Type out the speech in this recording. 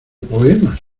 poemas